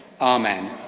Amen